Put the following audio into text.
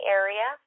area